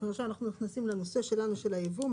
עכשיו אנחנו נכנסים לנושא שלנו של היבוא,